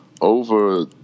over